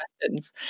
questions